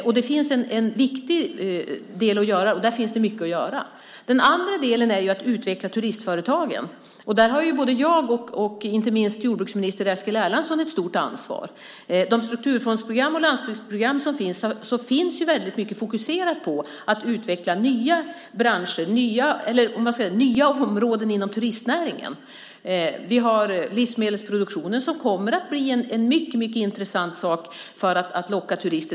Och där finns det mycket att göra. Den andra delen handlar om att utveckla turistföretagen. Där har jag och inte minst jordbruksminister Eskil Erlandsson ett stort ansvar. De strukturfondsprogram och landsbygdsprogram som finns fokuserar väldigt mycket på att utveckla nya områden inom turistnäringen. Vi har livsmedelsproduktionen som kommer att bli mycket intressant för att locka turister.